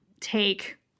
take